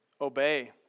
obey